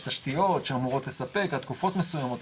יש תשתיות שאמורות לספק בתקופות מסויימות,